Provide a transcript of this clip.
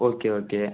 okay okay